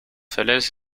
falaise